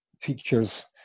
teachers